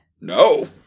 No